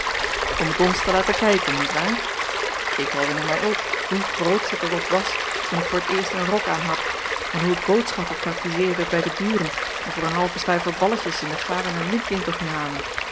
om t ons te laten kijken niet waar ik herinner mij ook hoe grootsch ik er op was toen ik voor t eerst een rok aanhad en hoe ik boodschappen praktizeerde bij de buren en voor een halven stuiver balletjes in den garen en lintwinkel ging halen